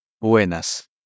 Buenas